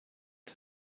que